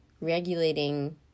regulating